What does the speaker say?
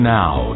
now